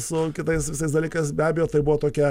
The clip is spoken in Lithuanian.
su kitais visais dalykais be abejo tai buvo tokia